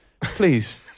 please